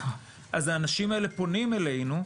אז האנשים האלה פונים אלינו.